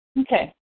Okay